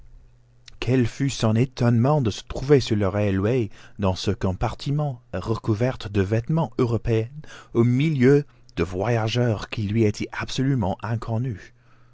quel fut son étonnement de se trouver sur le railway dans ce compartiment recouverte de vêtements européens au milieu de voyageurs qui lui étaient absolument inconnus